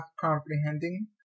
comprehending